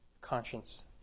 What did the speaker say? conscience